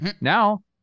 Now